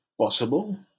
possible